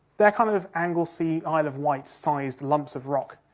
they're kind of anglesey, isle of wight sized lumps of rock.